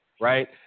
right